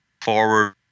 forward